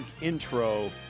intro